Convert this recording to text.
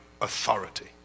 authority